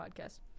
podcast